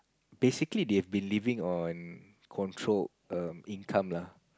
basically they believing on controlled um income lah